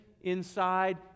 inside